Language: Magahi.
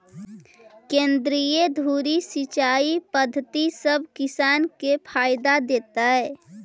केंद्रीय धुरी सिंचाई पद्धति सब किसान के फायदा देतइ